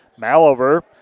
Malover